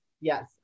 Yes